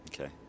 Okay